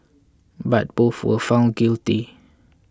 but both were found guilty